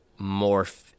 morph